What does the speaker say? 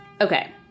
okay